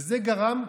זה גרם,